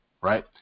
right